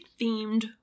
themed